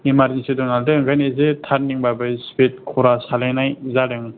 emergency दं नालायथो ओंखायनो एसे थारनिंबाबो स्पिद खरा सालायनाय जादों